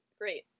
Great